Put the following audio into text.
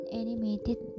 animated